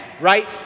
right